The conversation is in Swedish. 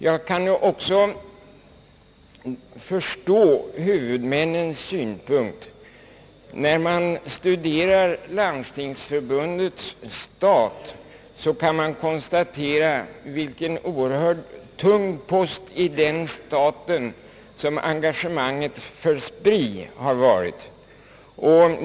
Jag kan också förstå huvudmännens synpunkt. När man studerar landstingsförbundets stat kan man konstatera vilken oerhört tung post som engagemanget för SPRI har varit.